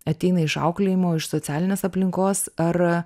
ateina iš auklėjimo iš socialinės aplinkos ar